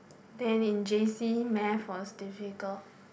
then in J_C math was difficult